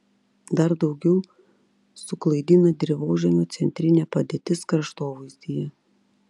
dar daugiau suklaidina dirvožemio centrinė padėtis kraštovaizdyje